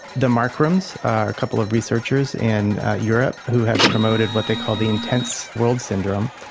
the markrams are a couple of researchers in europe who have promoted what they call the intense world syndrome,